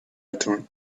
return